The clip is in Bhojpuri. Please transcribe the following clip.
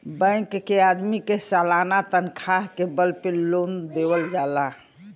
बैंक के आदमी के सालाना तनखा के बल पे लोन देवल जाला